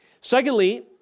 Secondly